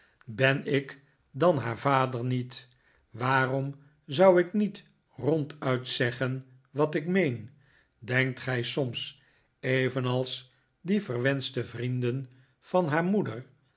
ben ik dan haar vader niet waarom zou ik niet ronduit zeggen wat ik meen denkt gij soms evenals die verwenschte vrienden van haar moeder